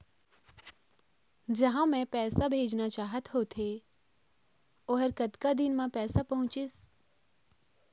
जहां मैं पैसा भेजना चाहत होथे ओहर कतका दिन मा पैसा पहुंचिस?